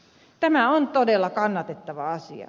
tämä on todella kannatettava asia